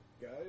guys